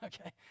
Okay